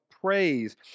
praise